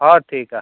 ᱦᱳᱭ ᱴᱷᱤᱠᱟ